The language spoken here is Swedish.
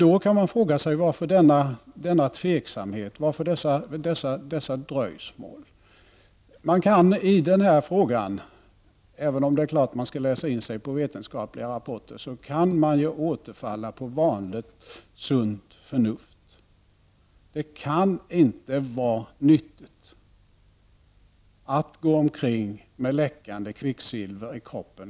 Då kan man fråga sig vad denna tveksamhet beror på och varför det skall bli sådana dröjsmål. Även om man naturligtvis skall läsa in sig på vetenskapliga rapporter, så kan man i denna fråga återfalla på vanligt sunt förnuft, dvs. att det inte kan vara nyttigt att gå omkring med läckande kvicksilver i kroppen.